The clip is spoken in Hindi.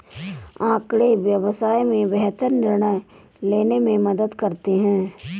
आँकड़े व्यवसाय में बेहतर निर्णय लेने में मदद करते हैं